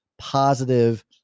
positive